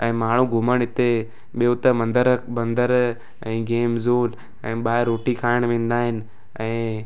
ऐं माण्हू घुमणु हिते ॿियो हुते मंदरु मंदरु ऐं गेम ज़ोन ऐं ॿाहिरि रोटी खाइणु वेंदा आहिनि ऐं